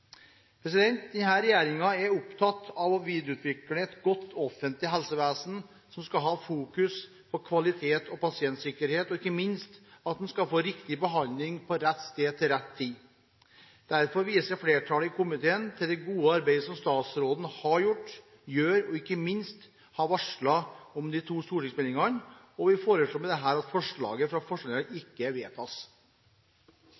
er opptatt av å videreutvikle et godt offentlig helsevesen, som skal fokusere på kvalitet og pasientsikkerhet og ikke minst at en skal få riktig behandling på rett sted til rett tid. Derfor viser flertallet i komiteen til det gode arbeidet som statsråden har gjort og gjør, og ikke minst at hun har varslet om de to stortingsmeldingene. Vi foreslår med dette at forslaget fra